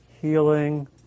healing